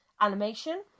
animation